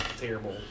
terrible